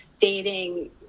Dating